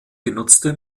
genutzte